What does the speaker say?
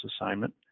assignment